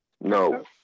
No